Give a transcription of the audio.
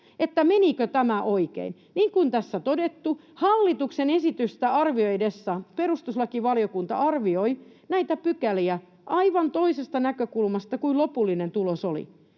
menikö tämä oikein. Niin kuin tässä on todettu, hallituksen esitystä arvioidessaan perustuslakivaliokunta arvioi näitä pykäliä aivan toisesta näkökulmasta kuin lopullinen tulos oli.